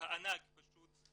הענק פשוט,